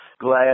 glad